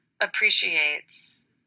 appreciates